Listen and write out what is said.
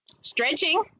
Stretching